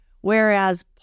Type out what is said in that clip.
Whereas